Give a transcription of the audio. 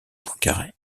poincaré